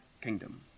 kingdom